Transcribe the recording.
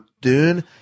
Dune